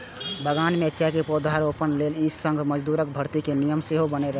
बगान मे चायक पौधारोपण लेल ई संघ मजदूरक भर्ती के नियम सेहो बनेने रहै